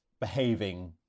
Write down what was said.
behaving